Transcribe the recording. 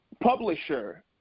publisher